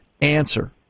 answer